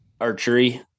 archery